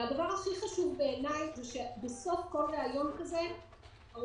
והדבר הכי חשוב בעיניי הוא שבסוף כל ריאיון כזה הרופא